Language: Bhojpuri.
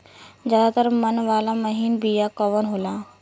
ज्यादा दर मन वाला महीन बिया कवन होला?